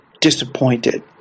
disappointed